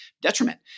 detriment